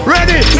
Ready